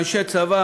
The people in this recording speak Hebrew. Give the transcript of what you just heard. אנשי צבא,